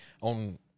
on